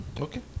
Okay